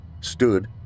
stood